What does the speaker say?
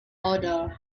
odor